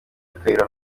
kayihura